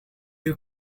you